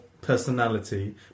personality